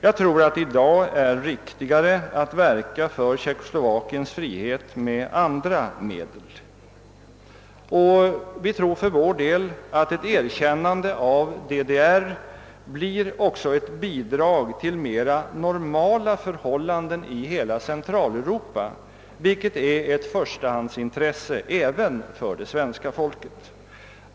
Jag tror att det i dag är riktigare att verka för Tjeckoslovakiens frihet med andra me-' del. Vi tror för vår del att ett erkännande av DDR också blir ett bidrag till mera normala förhållanden i Centraleuropa, vilket är ett förstahandsintresse även för det svenska folket.